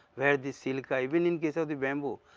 where the silica even in case of the bamboo,